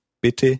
bitte